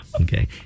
Okay